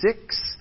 six